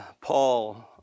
Paul